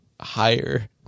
higher